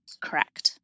correct